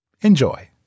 Enjoy